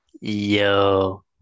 Yo